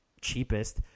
cheapest